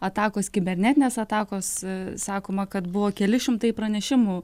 atakos kibernetinės atakos sakoma kad buvo keli šimtai pranešimų